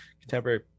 contemporary